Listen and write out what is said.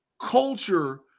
culture